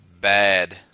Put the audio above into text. bad